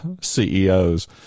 CEOs